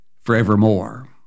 forevermore